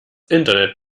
internet